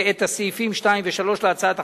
ואת סעיפים 2 ו-3 להצעת החוק,